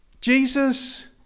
Jesus